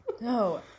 no